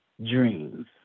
dreams